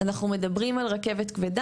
אם אנחנו מדברים על רכבת כבדה,